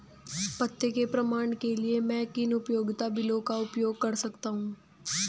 पते के प्रमाण के लिए मैं किन उपयोगिता बिलों का उपयोग कर सकता हूँ?